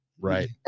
Right